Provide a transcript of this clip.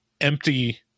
empty